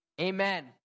Amen